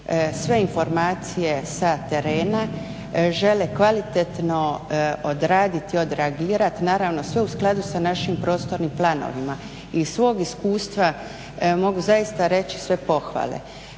sve informacije sa terena, žele kvalitetno odraditi, odreagirat, naravno sve u skladu s našim prostornim planovima. Iz svog iskustva mogu zaista reći sve pohvale.